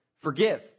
Forgive